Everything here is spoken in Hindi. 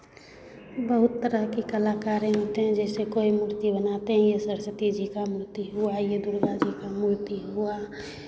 बहुत तरह की कलाकारें होते हैं जैसे कोई मूर्ति बनाते हैं ये सरस्वती जी का मूर्ति हुआ ये दुर्गा जी का मूर्ति हुआ